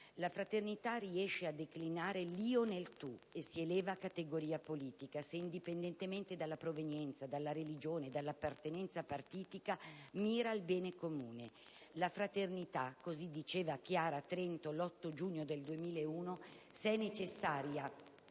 la fraternità riesce a declinare l'io nel tu e si eleva a categoria politica se, indipendentemente dalla provenienza, dalla religione e dall'appartenenza partitica, mira al bene comune. «La fraternità» - così diceva Chiara a Trento l'8 giugno 2001 - «se è necessaria